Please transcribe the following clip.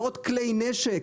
מאות כלי נשק,